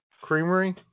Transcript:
creamery